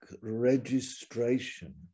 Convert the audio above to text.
registration